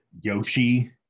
Yoshi